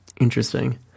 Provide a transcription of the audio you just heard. Interesting